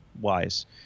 wise